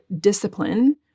discipline